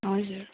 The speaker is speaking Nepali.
हजुर